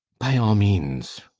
by all means.